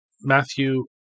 Matthew